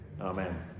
Amen